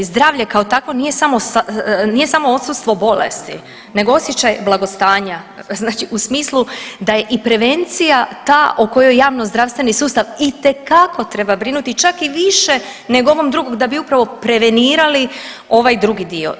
Zdravlje kao takvo nije samo odsustvo bolesti nego osjećaj blagostanja, znači u smislu da je i prevencija ta o kojoj javnozdravstveni sustav itekako treba brinuti čak i više nego o ovom drugom da bi upravo prevenirali ovaj drugi dio.